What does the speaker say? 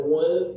one